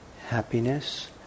happiness